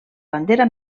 bandera